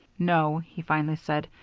no, he finally said,